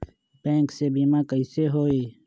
Bank से बिमा कईसे होई?